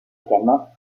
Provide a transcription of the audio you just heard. également